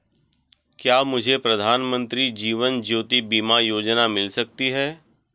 क्या मुझे प्रधानमंत्री जीवन ज्योति बीमा योजना मिल सकती है?